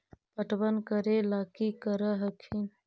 पटबन करे ला की कर हखिन?